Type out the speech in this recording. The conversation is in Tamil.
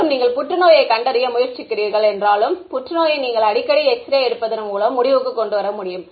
மற்றும் நீங்கள் புற்றுநோயைக் கண்டறிய முயற்சிக்கிறீர்கள் என்றாலும் புற்றுநோயை நீங்கள் அடிக்கடி எக்ஸ்ரே எடுப்பதன் மூலம் முடிவுக்கு கொண்டு வர முடியும்